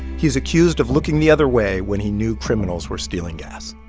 he's accused of looking the other way when he knew criminals were stealing gas